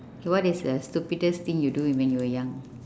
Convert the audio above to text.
so what is the stupidest thing you do when you were young